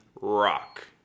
rock